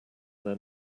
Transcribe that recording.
their